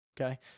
okay